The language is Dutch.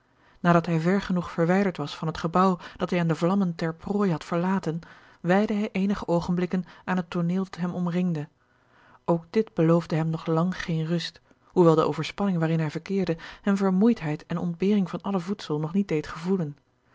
nadat hij ver genoeg verwijderd was van het gebouw dat hij aan de vlammen ter prooi had verlaten wijdde hij eenige oogenblikken aan het tooneel dat hem omringde ook dit beloofde hem nog lang geene rust hoewel de overspanning waarin hij verkeerde hem vermoeidheid en ontbering van alle voedsel nog niet deed gevoelen